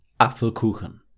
Apfelkuchen